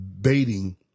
baiting